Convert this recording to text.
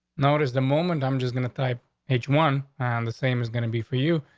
now is the moment i'm just gonna type h one and the same is gonna be for you.